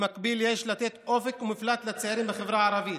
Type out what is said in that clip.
במקביל יש לתת אופק ומפלט לצעירים בחברה הערבית,